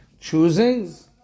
choosings